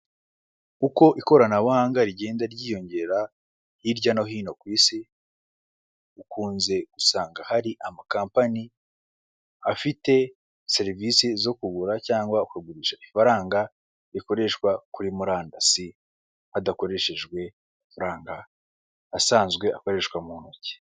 Uko ikoranabuhanga rigenda ryiyongera hirya no hino ku isi, ukunze usanga hari amakampani afite serivisi zo kugura cyangwa kugurisha ifaranga rikoreshwa kuri murandasi, hadakoreshejwe amafaranga asanzwe akoreshwa mu ntoki.